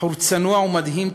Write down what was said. בחור צנוע ומדהים,